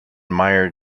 mire